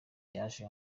yaje